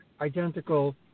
identical